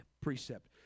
precept